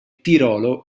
tirolo